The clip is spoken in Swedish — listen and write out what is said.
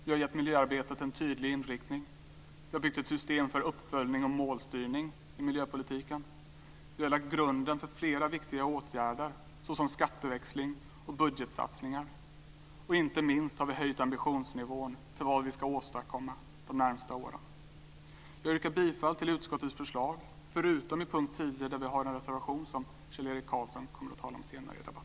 Vi har gett miljöarbetet en tydlig inriktning, vi har byggt ett system för uppföljning och målstyrning i miljöpolitiken, vi har lagt grunden för flera viktiga åtgärder såsom skatteväxling och budgetsatsningar och, inte minst, har vi höjt ambitionsnivån för vad vi ska åstadkomma de närmaste åren. Jag yrkar bifall till utskottets förslag, förutom i punkt 10, där vi har en reservation som Kjell-Erik Karlsson kommer att tala om senare i debatten.